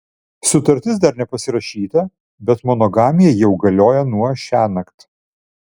sutartis dar nepasirašyta bet monogamija jau galioja nuo šiąnakt